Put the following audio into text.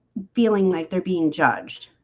feeling like they're being judged